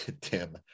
tim